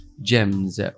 Gems